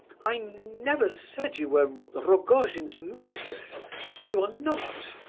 i never said you were ah rogojin's mistress you are not!